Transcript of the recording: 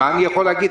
מה אני יכול להגיד?